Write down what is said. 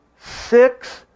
six